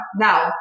Now